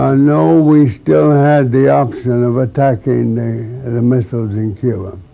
ah no, we still had the option of attacking the missiles in cuba.